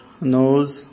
nose